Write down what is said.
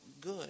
good